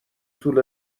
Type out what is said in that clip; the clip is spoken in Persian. طول